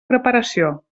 preparació